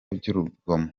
by’urugomo